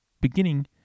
beginning